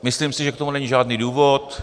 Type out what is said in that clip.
Myslím si, že k tomu není žádný důvod.